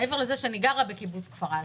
מעבר לזה שאני גרה בקיבוץ כפר עזה.